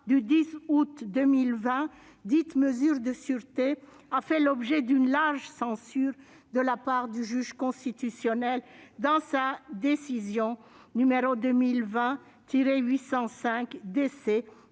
du 10 août 2020, dite « Mesures de sûreté », a fait l'objet d'une large censure de la part du juge constitutionnel dans sa décision n° 2020-805 DC